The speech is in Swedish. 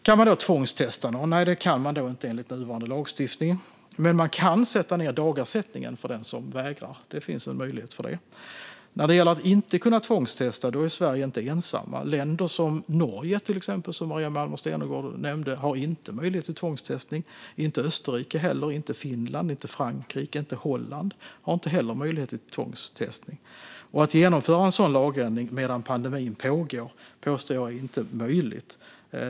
Kan man då tvångstesta någon? Nej, det kan man inte, enligt nuvarande lagstiftning. Men det finns en möjlighet att sätta ned dagersättningen för den som vägrar. När det gäller att inte kunna tvångstesta är Sverige inte ensamt. Till exempel har Norge, som Maria Malmer Stenergard nämnde, inte möjlighet till tvångstestning, inte heller Österrike, Finland, Frankrike eller Holland. Att genomföra en sådan lagändring medan pandemin pågår påstår jag är omöjligt.